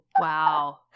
Wow